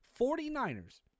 49ers